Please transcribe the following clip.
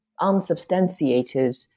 unsubstantiated